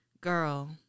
girl